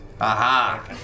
Aha